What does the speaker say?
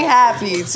happy